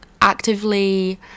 actively